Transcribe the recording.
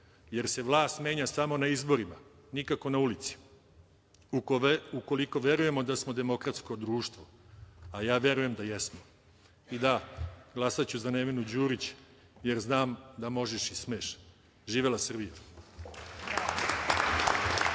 jer se vlast menja samo na izborima, nikako na ulici, ukoliko verujemo da smo demokratsko društvo, a ja verujem da jesmo. Da, glasaću za Nevenu Đurić jer znam da možeš i smeš. Živela Srbija!